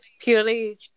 Purely